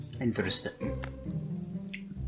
Interesting